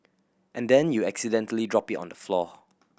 and then you accidentally drop it on the floor